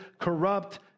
corrupt